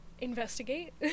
investigate